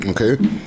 Okay